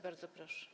Bardzo proszę.